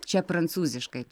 čia prancūziškai